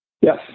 Yes